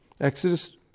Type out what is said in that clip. Exodus